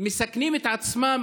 מסכנים את עצמם,